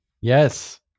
Yes